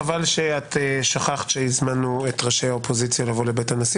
חבל ששכחת שהזמנו את ראשי האופוזיציה לבוא לבית הנשיא